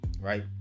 right